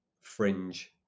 fringe